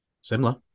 Similar